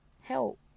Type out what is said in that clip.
help